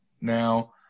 now